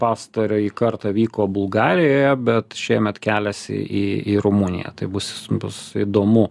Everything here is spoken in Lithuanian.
pastarąjį kartą vyko bulgarijoje bet šiemet keliasi į į rumuniją tai bus bus įdomu